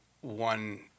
one –